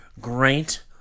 Great